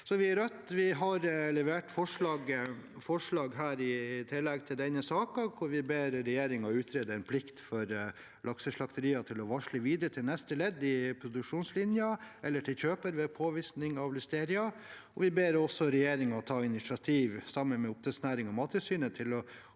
er med på forslag der vi ber regjeringen utrede en plikt for lakseslakterier til å varsle videre til neste ledd i produksjonslinjen eller til kjøper ved påvisning av listeria. Vi ber også regjeringen ta initiativ til sammen med oppdrettsnæringen og Mattilsynet å